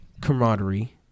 camaraderie